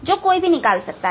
जो कोई भी निकाल सकता है